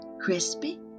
Crispy